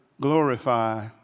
glorify